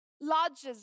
lodges